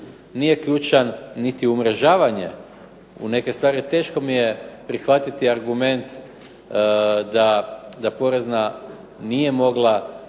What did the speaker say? nije ključno niti umrežavanje u neke stvari, teško mi je prihvatiti argument da porezna nije mogla